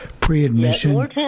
pre-admission